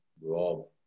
Rob